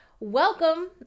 Welcome